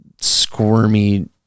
squirmy